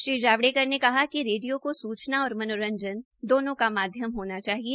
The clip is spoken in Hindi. श्री जावड़ेकर ने कहा कि रेडियो को सूचना और मनोरंजन दोनो का माध्यम होना चाहिए